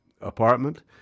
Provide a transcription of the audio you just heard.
apartment